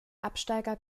absteiger